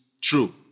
true